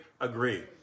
agree